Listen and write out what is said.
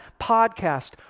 podcast